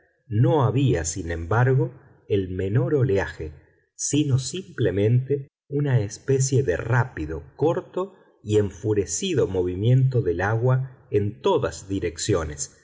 no había sin embargo el menor oleaje sino simplemente una especie de rápido corto y enfurecido movimiento del agua en todas direcciones